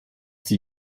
die